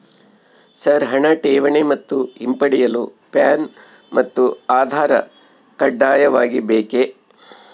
Sir ಹಣ ಠೇವಣಿ ಮತ್ತು ಹಿಂಪಡೆಯಲು ಪ್ಯಾನ್ ಮತ್ತು ಆಧಾರ್ ಕಡ್ಡಾಯವಾಗಿ ಬೇಕೆ?